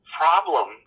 problem